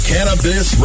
Cannabis